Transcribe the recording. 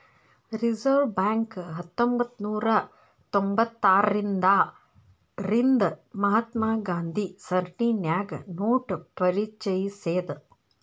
reserve bank ಹತ್ತೊಂಭತ್ನೂರಾ ತೊಭತಾರ್ರಿಂದಾ ರಿಂದ ಮಹಾತ್ಮ ಗಾಂಧಿ ಸರಣಿನ್ಯಾಗ ನೋಟ ಪರಿಚಯಿಸೇದ್